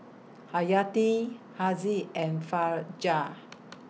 Hayati Haziq and Fajar